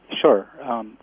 Sure